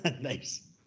Nice